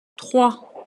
trois